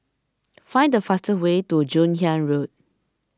find the fastest way to Joon Hiang Road